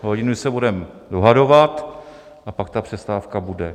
Hodinu se budeme dohadovat a pak ta přestávka bude.